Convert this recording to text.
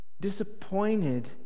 Disappointed